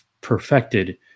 perfected